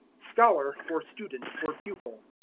scholar for student, or pupil.